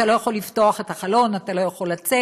אתה לא יכול לפתוח את החלון, אתה לא יכול לצאת.